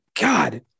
God